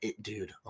Dude